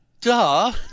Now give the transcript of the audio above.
Duh